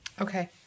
Okay